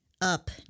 up